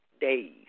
days